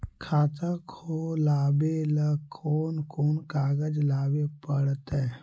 खाता खोलाबे ल कोन कोन कागज लाबे पड़तै?